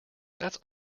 that’s